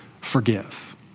Forgive